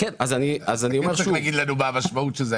אתה צריך להגיד לנו מה המשמעות של זה,